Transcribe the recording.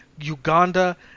Uganda